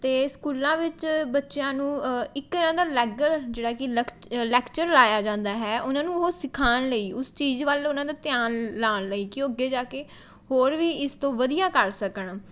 ਅਤੇ ਸਕੂਲਾਂ ਵਿੱਚ ਬੱਚਿਆਂ ਨੂੰ ਇੱਕ ਇਹਨਾਂ ਦਾ ਲੈਗਲ ਜਿਹੜਾ ਕਿ ਲੈਕਚ ਲੈਕਚਰ ਲਾਇਆ ਜਾਂਦਾ ਹੈ ਉਹਨਾਂ ਨੂੰ ਉਹ ਸਿਖਾਉਣ ਲਈ ਉਸ ਚੀਜ਼ ਵੱਲ ਉਹਨਾਂ ਦਾ ਧਿਆਨ ਲਾਉਣ ਲਈ ਕਿ ਉਹ ਅੱਗੇ ਜਾ ਕੇ ਹੋਰ ਵੀ ਇਸ ਤੋਂ ਵਧੀਆ ਕਰ ਸਕਣ